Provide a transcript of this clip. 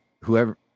whoever